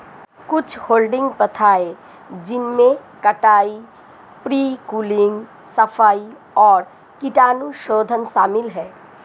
कुछ हैडलिंग प्रथाएं जिनमें कटाई, प्री कूलिंग, सफाई और कीटाणुशोधन शामिल है